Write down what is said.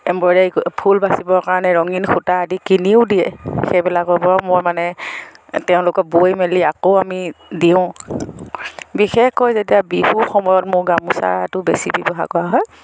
embroidery ফুল বাচিব কাৰণে ৰঙীন সূতা আদি কিনিও দিয়ে সেইবিলাকৰ পৰাও মই মানে তেওঁলোকক বৈ মেলি আকৌ আমি দিওঁ বিশেষকৈ যেতিয়া বিহু সময়ত মোৰ গামোচাটো বেছি ব্যৱহাৰ কৰা হয়